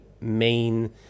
main